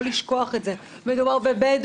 לא לשכוח את זה: מדובר בבדואים,